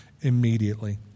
immediately